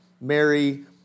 Mary